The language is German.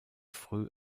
früh